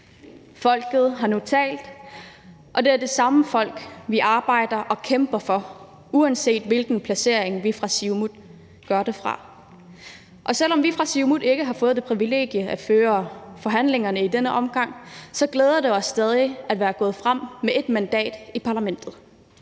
Folket har nu talt, og det er det samme folk, vi arbejder og kæmper for, uanset hvilken placering vi fra Siumut gør det fra. Og selv om vi fra Siumut ikke har fået det privilegie at føre forhandlingerne i denne omgang, glæder det os stadig at være gået frem med 1 mandat i parlamentet.